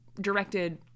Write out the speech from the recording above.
directed